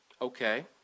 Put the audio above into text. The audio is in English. okay